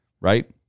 Right